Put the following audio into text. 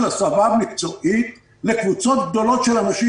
הסבה מקצועית לקבוצות גדולות של אנשים,